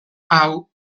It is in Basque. hau